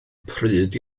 pryd